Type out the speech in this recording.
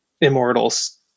immortals